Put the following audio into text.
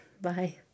Bye